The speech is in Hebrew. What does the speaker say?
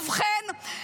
ובכן,